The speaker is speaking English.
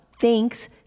Thanks